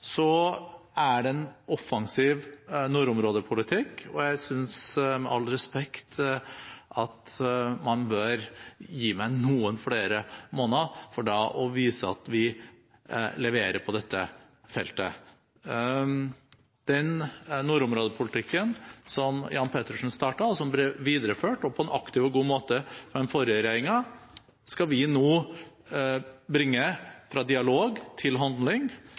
er det en offensiv nordområdepolitikk, og jeg synes, med all respekt, at man bør gi meg noen flere måneder for å vise at vi leverer på dette feltet. Den nordområdepolitikken som Jan Petersen startet, og som ble videreført på en aktiv og god måte av den forrige regjeringen, skal vi nå bringe fra dialog til handling.